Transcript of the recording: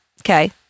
Okay